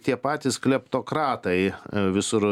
tie patys kleptokratai visur